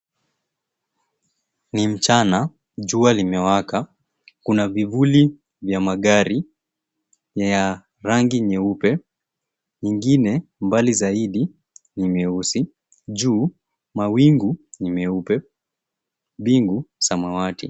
Ni mchana jua limewaka kuna vivuli vya magari ya rangi nyeupe, ingine mbali zaidi ni meusi. Juu mawingu ni meupe mbingu samawati.